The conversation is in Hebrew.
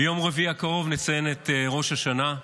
ביום רביעי הקרוב נציין את ראש השנה.